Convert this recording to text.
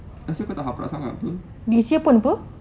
last year kau tak haprak sangat apa